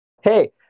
Hey